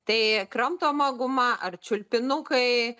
tai kramtoma guma ar čiulpinukai